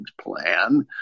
plan